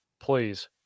please